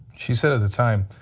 she said at the time,